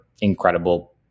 incredible